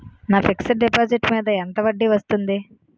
నా fixed deposit మీద ఎంత వడ్డీ వస్తుంది?